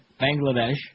Bangladesh